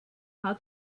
how